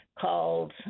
called